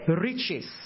riches